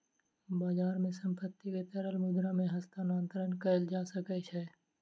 बजार मे संपत्ति के तरल मुद्रा मे हस्तांतरण कयल जा सकै छै